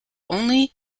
only